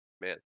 Man